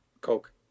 Coke